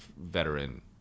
veteran